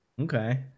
Okay